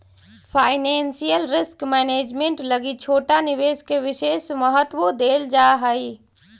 financial risk management लगी छोटा निवेश के विशेष महत्व देल जा हई